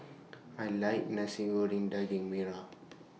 I like Nasi Goreng Daging Merah